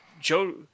Joe